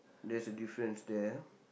there's a difference there ah